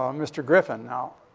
um mr. griffin. now,